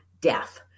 death